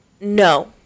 No